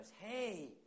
hey